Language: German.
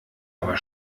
aber